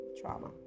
trauma